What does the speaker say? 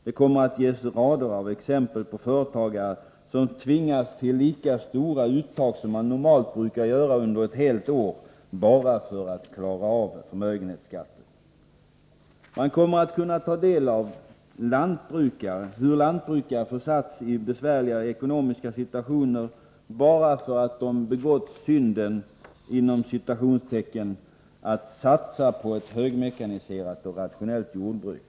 Det kommer att ges rader av exempel på företagare som tvingats till lika stora uttag som normalt brukar göras under ett helt år bara för att klara av förmögenhetsskatten. Man kommer att kunna ta del av hur lantbrukare försatts i besvärliga ekonomiska situationer bara för att de begått ”synden” att satsa på ett högmekaniserat och rationellt jordbruk.